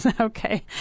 okay